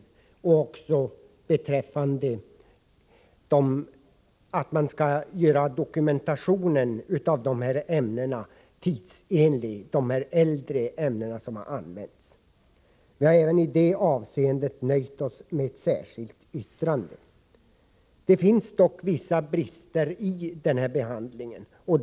Dokumentationen beträffande tidigare använda ämnen skall göras tidsenlig. Även i det avseendet har vi nöjt oss med att enbart avge ett särskilt yttrande. Det finns dock vissa brister när det gäller behandlingen av dessa frågor.